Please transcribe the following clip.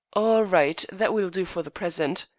all right. that will do for the present.